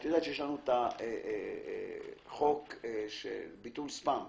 יש לנו את החוק של ביטול ספאם.